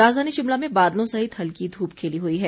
राजधानी शिमला में बादलों सहित हल्की ध्रप खिली हुई है